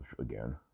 again